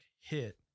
hit